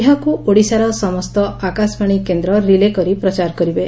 ଏହାକୁ ଓଡ଼ିଶାର ସମସ୍ତ ଆକାଶବାଣୀ କେନ୍ଦ୍ର ରିଲେ କରି ପ୍ରଚାର କରିବେ